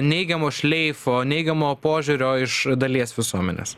neigiamo šleifo neigiamo požiūrio iš dalies visuomenės